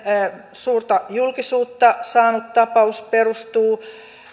suurta julkisuutta saanut tapaus perustuu